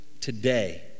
today